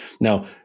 Now